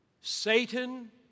Satan